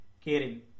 caring